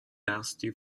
density